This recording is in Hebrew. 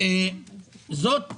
זאת עמותה,